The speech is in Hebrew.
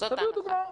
שיביא דוגמאות,